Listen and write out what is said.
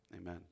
amen